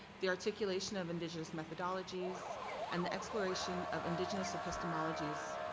the articulation of indigenous methodologies and the exploration of indigenous epistemologies,